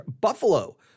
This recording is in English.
Buffalo